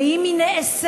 ואם היא נעשית,